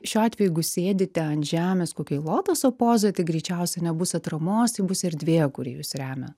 šiuo atveju jeigu sėdite ant žemės kokioj lotoso pozoj tai greičiausiai nebus atramos tai bus erdvė kuri jus remia